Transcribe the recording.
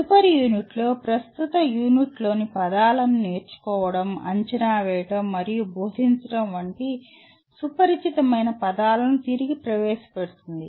తదుపరి యూనిట్లో ప్రస్తుత యూనిట్ లోని పదాలను నేర్చుకోవడం అంచనా వేయడం మరియు బోధించడం వంటి సుపరిచితమైన పదాలను తిరిగి ప్రవేశపెడుతుంది